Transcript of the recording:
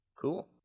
Cool